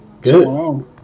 good